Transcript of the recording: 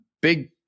big